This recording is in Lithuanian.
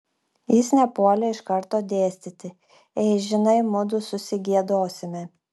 jis nepuolė iš karto dėstyti ei žinai mudu susigiedosime